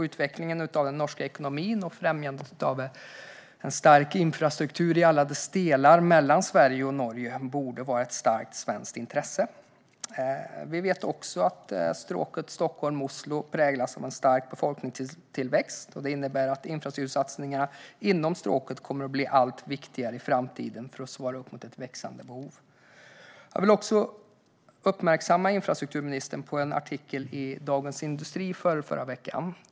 Utvecklingen av den norska ekonomin och främjandet av en stark infrastruktur i alla dess delar mellan Sverige och Norge borde vara ett starkt svenskt intresse. Vi vet att stråket Stockholm-Oslo präglas av en stark befolkningstillväxt. Det innebär att infrastruktursatsningarna inom stråket kommer att bli allt viktigare i framtiden för att svara upp mot ett växande behov. Jag vill uppmärksamma infrastrukturministern på en artikel i Dagens industri i förrförra veckan.